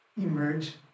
emerge